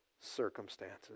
circumstances